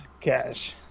Cash